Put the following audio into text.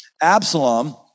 Absalom